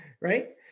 right